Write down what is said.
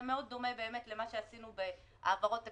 זה מאוד דומה למה שעשינו בהעברות תקציביות,